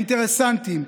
האינטרסנטיים,